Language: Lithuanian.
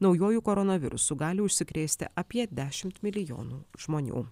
naujuoju koronavirusu gali užsikrėsti apie dešimt milijonų žmonių